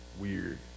weird